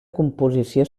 composició